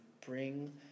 bring